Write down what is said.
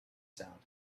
sound